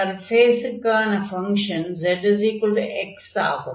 சர்ஃபேஸுக்கான function z x ஆகும்